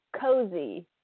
Cozy